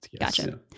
Gotcha